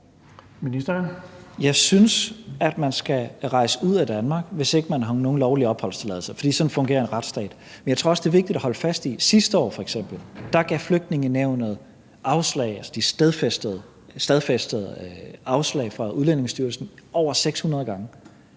Tesfaye): Jeg synes, at man skal rejse ud af Danmark, hvis ikke man har nogen lovlig opholdstilladelse, fordi sådan fungerer en retsstat, men jeg tror også, det er vigtigt at holde fast i noget andet. Sidste år gav Flygtningenævnet f.eks. afslag, altså de stadfæstede afslag fra Udlændingestyrelsen, over 600 gange.